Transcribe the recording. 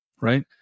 Right